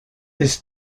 this